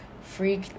freak